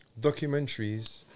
documentaries